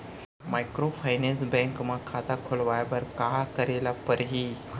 Microfinance bank म खाता खोलवाय बर का करे ल परही?